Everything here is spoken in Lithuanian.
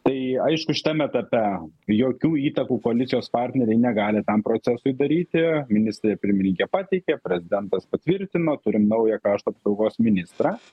tai aišku šitam etape jokių įtakų koalicijos partneriai negali tam procesui daryti ministrė pirmininkė pateikė prezidentas patvirtino turim naują krašto apsaugos ministrą